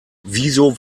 wieso